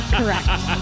correct